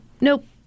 Nope